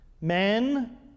Men